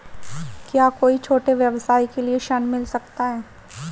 क्या कोई छोटे व्यवसाय के लिए ऋण मिल सकता है?